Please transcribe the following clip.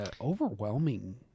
overwhelming